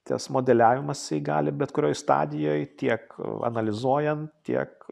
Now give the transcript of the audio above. tas modeliavimas jisai gali bet kurioj stadijoj tiek analizuojant tiek